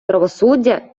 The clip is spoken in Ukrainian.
правосуддя